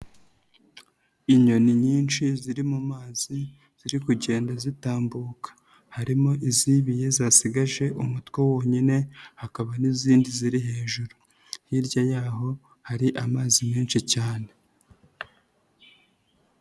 Inyoni nyinshi ziri mu mazi ziri kugenda zitambuka, harimo izibiye zasigaje umutwe wonyine hakaba n'izindi ziri hejuru, hirya yaho hari amazi menshi cyane.